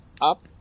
up